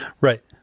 right